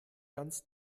ganz